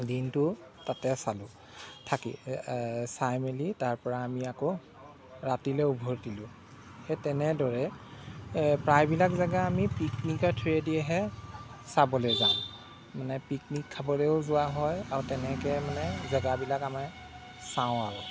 দিনটো তাতে চালোঁ থাকি চাই মেলি তাৰপৰা আমি আকৌ ৰাতিলৈ উভতিলোঁ সেই তেনেদৰে প্ৰায়বিলাক জেগা আমি পিকনিকৰ থ্ৰোৱেদিয়েহে চাবলৈ যাওঁ মানে পিকনিক খাবলৈয়ো যোৱা হয় আৰু তেনেকৈ মানে জেগাবিলাক আমাৰ চাওঁ আৰু